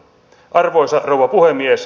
arvoisa rouva puhemies